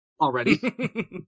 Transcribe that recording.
already